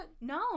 No